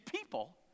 people